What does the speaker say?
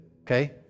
okay